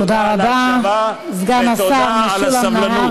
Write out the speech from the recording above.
תודה רבה, סגן השר משולם נהרי.